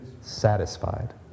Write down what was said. satisfied